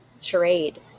charade